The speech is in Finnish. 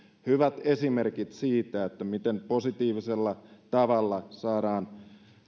hyvät esimerkit siitä miten positiivisella tavalla saadaan